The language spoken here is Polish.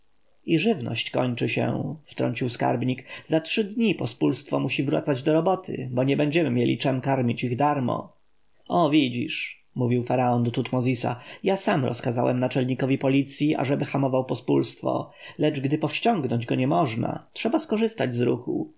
i żywność kończy się wtrącił skarbnik za trzy dni pospólstwo musi wracać do roboty bo nie będziemy mieli czem karmić ich darmo o widzisz mówił faraon do tutmozisa ja sam rozkazałem naczelnikowi policji ażeby hamował pospólstwo lecz gdy powściągnąć go nie można trzeba skorzystać z ruchu